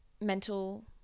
mental